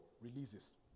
releases